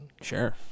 sure